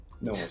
No